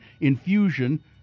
infusion